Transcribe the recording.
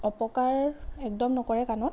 অপকাৰ একদম নকৰে কাণত